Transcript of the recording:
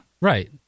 Right